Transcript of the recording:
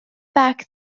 back